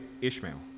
ishmael